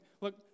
look